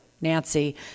Nancy